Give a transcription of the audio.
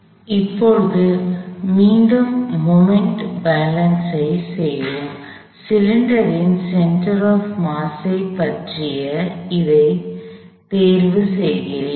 எனவே இப்போது மீண்டும் மொமெண்ட் பாலன்ஸ் ஐ செய்வோம் சிலிண்டரின் சென்டர் ஆப் மாஸ் ஐ பற்றி செய்ய இதை தேர்வு செய்கிறேன்